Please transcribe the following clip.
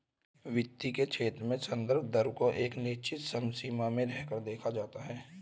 वित्त के क्षेत्र में संदर्भ दर को एक निश्चित समसीमा में रहकर देखा जाता है